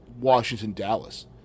Washington-Dallas